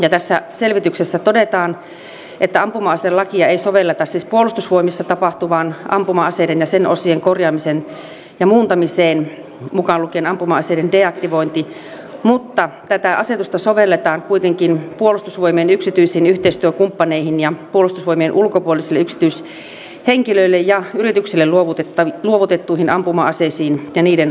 tässä selvityksessä todetaan että ampuma aselakia ei sovelleta siis puolustusvoimissa tapahtuvaan ampuma aseiden ja sen osien korjaamiseen ja muuntamiseen mukaan lukien ampuma aseiden deaktivointi mutta tätä asetusta sovelletaan kuitenkin puolustusvoimien yksityisiin yhteistyökumppaneihin ja puolustusvoimien ulkopuolisille yksityishenkilöille ja yrityksille luovutettuihin ampuma aseisiin ja niiden osiin